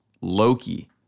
Loki